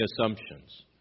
assumptions